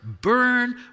burn